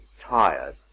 tired